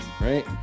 Right